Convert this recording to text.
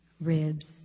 ribs